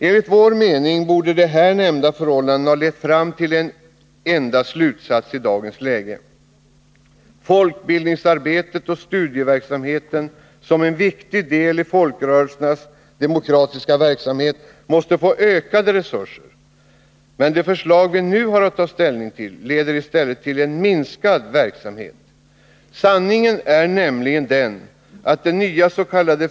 Enligt vår mening borde de här nämnda förhållandena ha lett fram till en enda slutsats i dagens läge: Folkbildningsarbetet och studieverksamheten som en viktig del i folkrörelsernas demokratiska verksamhet måste få ökade resurser. Men det förslag vi nu har att ta ställning till leder i stället till en minskad verksamhet. Sanningen är nämligen den att det nyas.k.